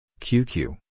QQ